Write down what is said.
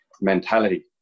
mentality